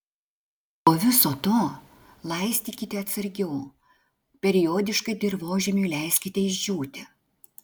po viso to laistykite atsargiau periodiškai dirvožemiui leiskite išdžiūti